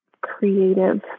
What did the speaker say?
creative